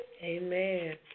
Amen